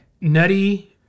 Nutty